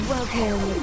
Welcome